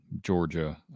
Georgia